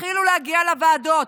תתחילו להגיע לוועדות,